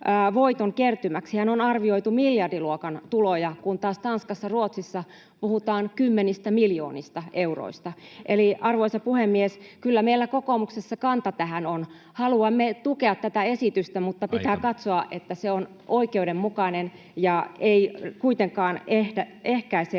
voiton kertymäksihän on arvioitu miljardiluokan tuloja, kun taas Tanskassa ja Ruotsissa puhutaan kymmenistä miljoonista euroista. Eli, arvoisa puhemies, kyllä meillä kokoomuksessa kanta tähän on: haluamme tukea tätä esitystä, [Puhemies: Aika!] mutta pitää katsoa, että se on oikeudenmukainen ja ei kuitenkaan ehkäise